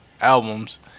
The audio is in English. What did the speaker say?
albums